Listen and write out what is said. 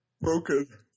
Broken